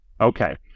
Okay